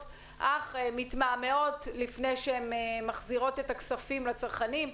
אך מתמהמהות לפני שהן מחזירות את הכספים לצרכנים,